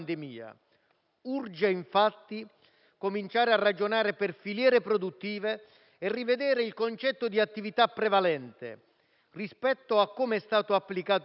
Urge infatti cominciare a ragionare per filiere produttive e rivedere il concetto di attività prevalente rispetto a come è stato applicato sin qui,